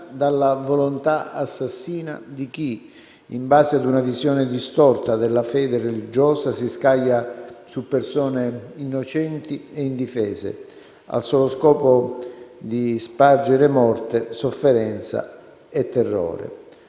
dalla volontà assassina di chi, in base a una visione distorta della fede religiosa, si scaglia su persone innocenti e indifese al solo scopo di spargere morte, sofferenza e terrore.